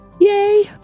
Yay